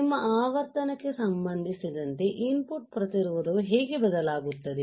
ನಿಮ್ಮ ಆವರ್ತನಕ್ಕೆ ಸಂಬಂಧಿಸಿದಂತೆ ಇನ್ ಪುಟ್ ಪ್ರತಿರೋಧವು ಹೇಗೆ ಬದಲಾಗುತ್ತದೆ